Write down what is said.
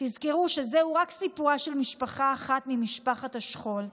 תזכרו שזהו רק סיפורה של משפחה אחת ממשפחת השכול,